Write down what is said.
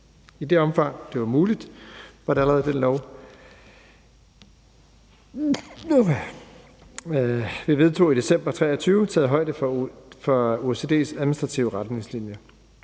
I det omfang, det var muligt, var der allerede i den lov, vi vedtog i december 2023, taget højde for OECD's administrative retningslinjer.